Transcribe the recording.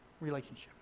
relationship